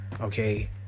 okay